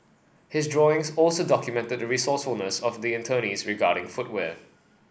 his drawings also documented the resourcefulness of the internees regarding footwear